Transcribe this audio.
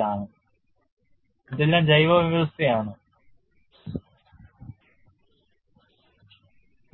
Self Healing - a Methodology for Crack Arrest